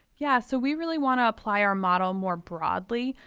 yeah so we really want to apply our model more broadly,